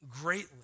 greatly